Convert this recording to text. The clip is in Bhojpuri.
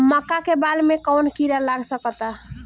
मका के बाल में कवन किड़ा लाग सकता?